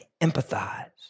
empathize